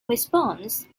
response